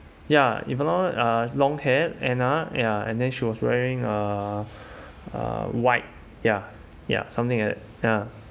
ya if not wrong uh long hair anna ya and then she was wearing uh uh white ya ya something like that ya